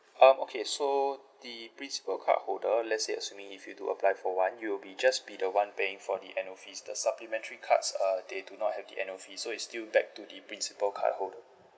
um okay so the principal cardholder let's say assuming if you do apply for one you'll be just be the one paying for the annual fees the supplementary cards uh they do not have the annual fees so it's still back to the principal cardholder